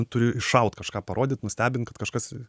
turi iššaut kažką parodyt nustebint kad kažkas